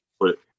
put